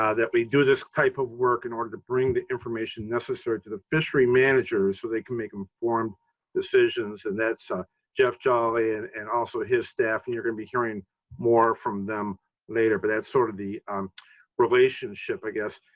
ah that we do this type of work in order to bring the information necessary to the fishery managers so they can make informed decisions. and that's ah jeff jolley and and also his staff. and you're going to be hearing more from them later, but that's sort of the relationship, i guess.